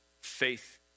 faith